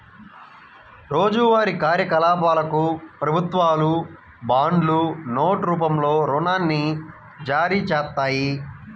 రోజువారీ కార్యకలాపాలకు ప్రభుత్వాలు బాండ్లు, నోట్ రూపంలో రుణాన్ని జారీచేత్తాయి